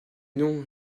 non